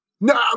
No